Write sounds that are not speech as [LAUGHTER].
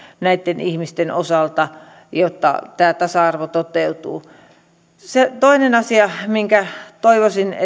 näitten ihmisten osalta jotta tämä tasa arvo toteutuu toinen asia mitä toivoisin [UNINTELLIGIBLE]